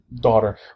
daughter